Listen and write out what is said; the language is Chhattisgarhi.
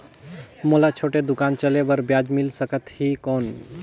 मोला छोटे दुकान चले बर ब्याज मिल सकत ही कौन?